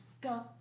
Go